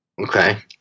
Okay